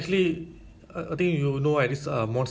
what's the word ah macam